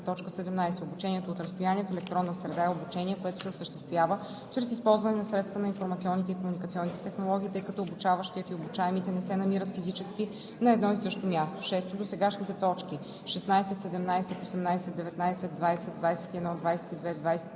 17: „17. „Обучение от разстояние в електронна среда“ е обучение, което се осъществява чрез използване на средствата на информационните и комуникационните технологии, тъй като обучаващият и обучаемите не се намират физически на едно и също място.“ 6. Досегашните т. 16, 17, 18, 19, 20, 21, 22, 23,